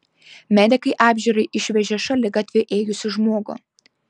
medikai apžiūrai išvežė šaligatviu ėjusį žmogų